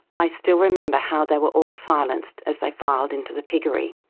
i still remember how they were all silenced as they filed into the piggery.